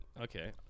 Okay